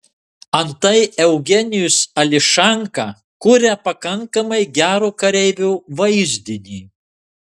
antai eugenijus ališanka kuria pakankamai gero kareivio vaizdinį